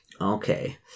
Okay